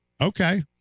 Okay